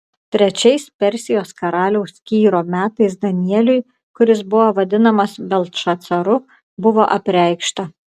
trečiais persijos karaliaus kyro metais danieliui kuris buvo vadinamas beltšacaru buvo apreikšta